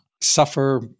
suffer